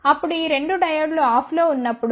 కాబట్టి ఈ రెండు డయోడ్లు ఆఫ్లో ఉన్నప్పుడు